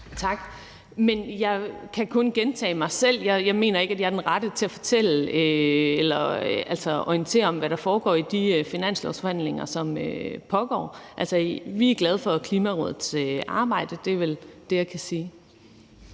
Tak. Jeg kan kun gentage mig selv. Jeg mener ikke, jeg er den rette til at fortælle eller orientere om, hvad der foregår i de finanslovsforhandlinger, som pågår. Vi er glade for Klimarådets arbejde, og det er vel det, jeg kan sige.